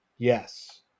yes